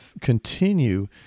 continue